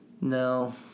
No